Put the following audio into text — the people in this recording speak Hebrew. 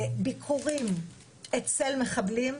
ביקורים אצל מחבלים,